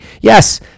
Yes